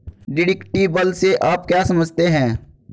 Deductible से आप क्या समझते हैं?